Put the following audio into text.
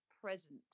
present